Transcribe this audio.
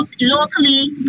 locally